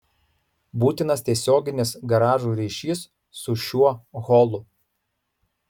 būtinas tiesioginis garažo ryšys su šiuo holu